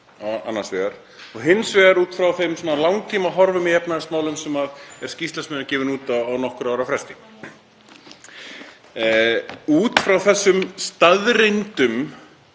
og hins vegar út frá langtímahorfum í efnahagsmálum sem er skýrsla sem er gefin út á nokkurra ára fresti. Út frá þessum staðreyndum